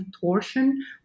torsion